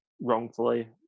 wrongfully